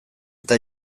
eta